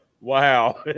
wow